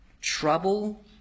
trouble